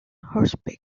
horseback